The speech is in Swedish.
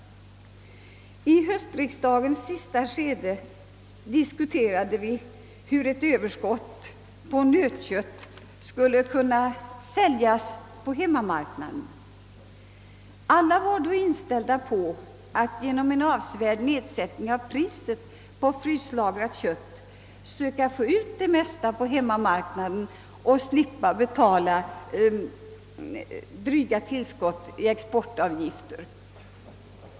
I höstriksdagens sista skede diskuterade vi hur ett överskott på nötkött skulle kunna säljas på hemmamarknaden. Alla var då inställda på att genom en avsevärd sänkning av priset på fryslagrat kött söka få ut det mesta på hemmamarknaden för att slippa betala dryga exportavgifter.